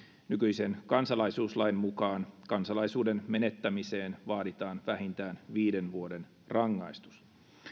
nykyisen kansalaisuuslain mukaan kansalaisuuden menettämiseen vaaditaan vähintään viiden vuoden rangaistus